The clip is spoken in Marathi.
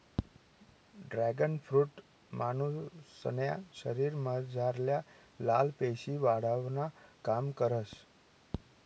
ड्रॅगन फ्रुट मानुसन्या शरीरमझारल्या लाल पेशी वाढावानं काम करस